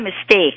mistake